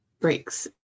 breaks